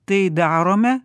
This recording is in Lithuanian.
tai darome